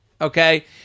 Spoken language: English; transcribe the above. okay